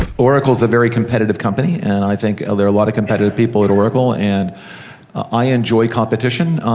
oracle is a very competitive company, and i think there are a lot of competitive people at oracle. and i enjoy competition,